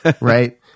right